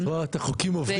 את רואה את החוקים עוברים,